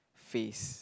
face